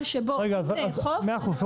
שאם נאכוף אנחנו יוצרים חוסר הוגנות.